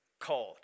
called